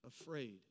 afraid